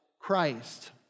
Christ